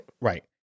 Right